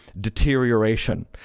deterioration